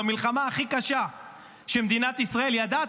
במלחמה הכי קשה שמדינת ישראל ידעה?